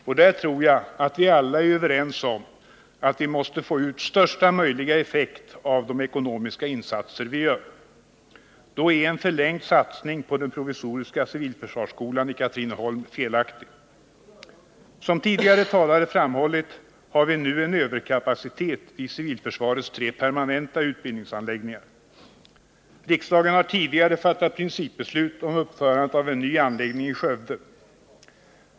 Och där tror jag att vi alla är överens om att vi måste få ut största möjliga effekt av de ekonomiska insatser vi gör. Då är en förlängd satsning på den provisoriska civilförsvarsskolan i Katrineholm felaktig. Som tidigare talare framhållit har vi nu en överkapacitet vid civilförsvarets tre permanenta utbildningsanläggningar. Riksdagen har tidigare fattat principbeslut om uppförande av en ny anläggning i Skövde.